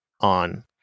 on